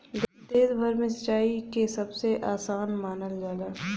देश भर में सिंचाई के सबसे आसान मानल जाला